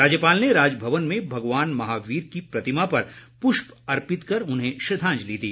राज्यपाल ने राजभवन में भगवान महावीर की प्रतिमा पर पुष्प अर्पित कर उन्हें श्रद्वांजलि दी